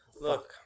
Look